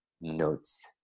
notes